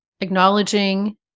acknowledging